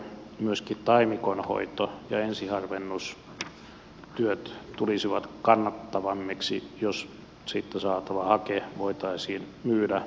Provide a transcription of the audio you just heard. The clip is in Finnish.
myöskin taimikon hoito ja ensiharvennustyöt tulisivat kannattavammiksi jos siitä saatava hake voitaisiin myydä kohtuullisella hinnalla hakevoimaloihin